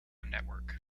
network